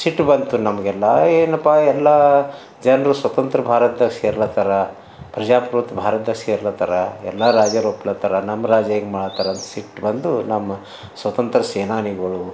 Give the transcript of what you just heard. ಸಿಟ್ಟು ಬಂತು ನಮಗೆಲ್ಲ ಏನಪ್ಪ ಎಲ್ಲಾ ಜನರು ಸ್ವತಂತ್ರ ಭಾರತ್ದಾಗ ಸೇರ್ಲತ್ತರ ಪ್ರಜಾಪ್ರಭುತ್ವ ಭಾರತ್ದಾಗ ಸೇರ್ಲತ್ತರ ಎಲ್ಲಾ ರಾಜರು ಒಪ್ಲತ್ತರ ನಮ್ಮ ರಾಜ ಹಿಂಗ ಮಾಡ್ತಾರ ಅಂತ ಸಿಟ್ಟು ಬಂದು ನಮ್ಮ ಸ್ವತಂತ್ರ್ಯ ಸೇನಾನಿಗಳು